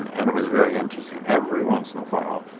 um and it was very interesting. every once in a while,